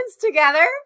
together